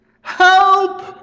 Help